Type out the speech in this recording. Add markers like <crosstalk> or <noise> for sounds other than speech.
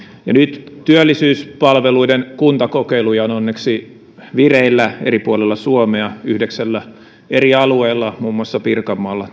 nyt työllisyyspalveluiden kuntakokeiluja on onneksi vireillä eri puolilla suomea yhdeksällä eri alueella muun muassa pirkanmaalla <unintelligible>